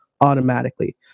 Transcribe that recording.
automatically